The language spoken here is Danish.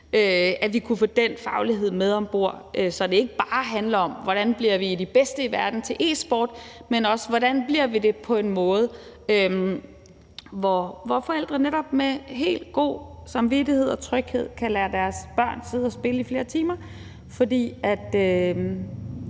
at vi kunne få den faglighed med om bord, så det ikke bare handler om, hvordan vi bliver de bedste i verden til e-sport, men også om, hvordan vi bliver det på en måde, hvor forældre netop med god samvittighed trygt kan lade deres børn sidde og spille i flere timer, for det